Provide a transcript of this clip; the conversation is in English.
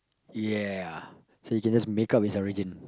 ya so yo can just make up his origin